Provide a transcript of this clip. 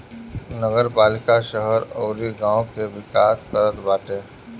नगरपालिका शहर अउरी गांव के विकास करत बाटे